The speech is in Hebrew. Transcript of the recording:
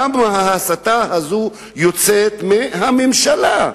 למה ההסתה הזאת יוצאת מהממשלה?